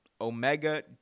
Omega